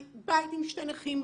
אני בבית עם שני נכים.